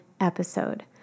episode